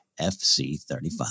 FC35